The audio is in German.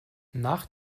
nach